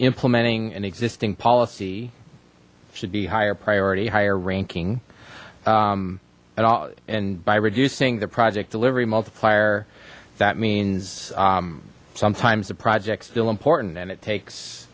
implementing an existing policy should be higher priority higher ranking at all and by reducing the project delivery multiplier that means sometimes the project still important and it takes